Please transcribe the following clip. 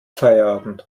feierabend